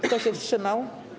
Kto się wstrzymał?